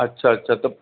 अछा अछा त